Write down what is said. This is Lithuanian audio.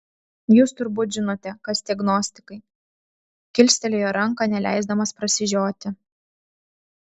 jūs turbūt žinote kas tie gnostikai kilstelėjo ranką neleisdamas prasižioti